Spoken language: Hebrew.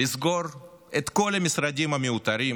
לסגור את כל המשרדים המיותרים,